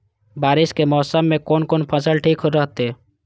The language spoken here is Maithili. बारिश के मौसम में कोन कोन फसल ठीक रहते?